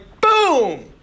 boom